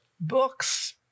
books